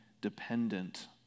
dependent